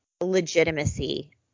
legitimacy